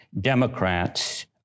Democrats